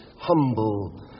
humble